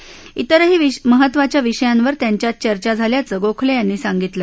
बेरही महत्त्वाच्या विषयांवर त्यांच्यात चर्चा झाल्याचं गोखले यांनी सांगितलं